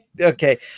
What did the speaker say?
Okay